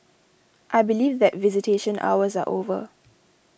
I believe that visitation hours are over